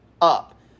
up